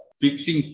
fixing